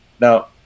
Now